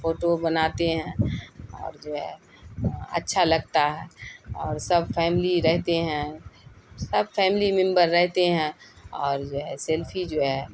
photo بناتے ہیں اور جو ہے اچھا لگتا ہے اور سب فیملی رہتے ہیں سب فیملی ممبر رہتے ہیں اور جو ہے سیلفی جو ہے